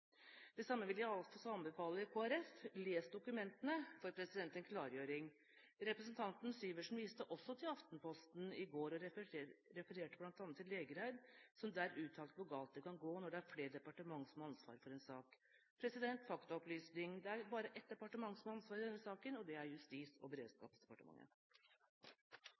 Det samme vil jeg også anbefale Kristelig Folkeparti. Les dokumentene for en klargjøring: Representanten Syversen viste også til Aftenposten i går og refererte bl.a. til Lægreid, som der uttalte hvor galt det kan gå når det er flere departementer som har ansvar for en sak. Faktaopplysning: Det er bare ett departement som har ansvar i denne saken, og det er Justis- og beredskapsdepartementet.